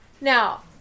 Now